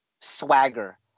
swagger